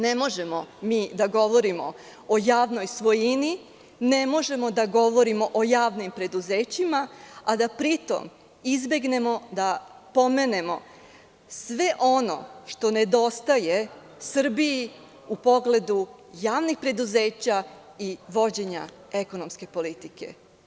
Ne možemo mi da govorimo o javnoj svojini, ne možemo da govorimo o javnim preduzećima, a da pri tom izbegnemo da pomenemo sve ono što nedostaje Srbiji u pogledu javnih preduzeća i vođenja ekonomske politike.